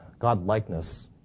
Godlikeness